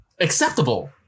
acceptable